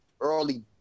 Early